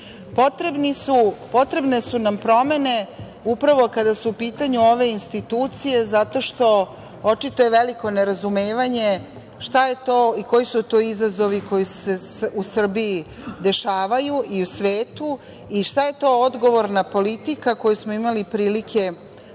potrebne. Potrebne su nam promene upravo kada su u pitanju ove institucije, zato što je očito veliko nerazumevanje šta je to i koji su to izazovi koji se u Srbiji dešavaju i u svetu i šta je to odgovorna politika koju smo imali prilike da vidimo,